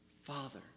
Father